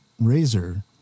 razor